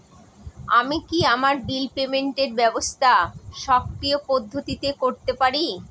আমি কি আমার বিল পেমেন্টের ব্যবস্থা স্বকীয় পদ্ধতিতে করতে পারি?